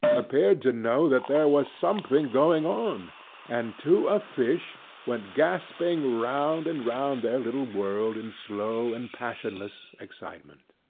appeared to know that there was something going on and, to a fish, went gasping round and round their little world in slow and passionless excitement.